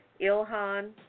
Ilhan